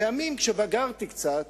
לימים, כשבגרתי קצת,